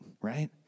right